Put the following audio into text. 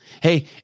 Hey